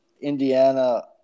Indiana